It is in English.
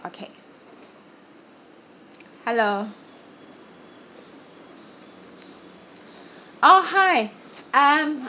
okay hello oh hi um